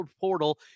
portal